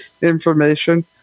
information